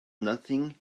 nothing